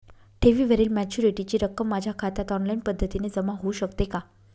ठेवीवरील मॅच्युरिटीची रक्कम माझ्या खात्यात ऑनलाईन पद्धतीने जमा होऊ शकते का?